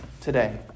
today